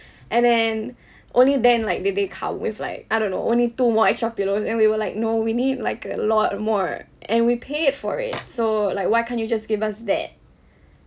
and then only then like did they come up with like I don't know only two more extra pillows and we were like no we need like a lot more and we paid for it so like why can't you just give us that